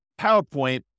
PowerPoint